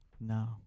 No